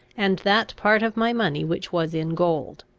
and that part of my money which was in gold.